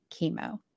chemo